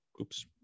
Oops